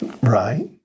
Right